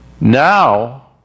Now